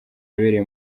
yabereye